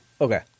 okay